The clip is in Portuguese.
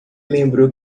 lembrou